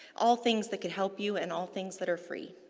all things that can help you and all things that are free.